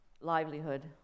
livelihood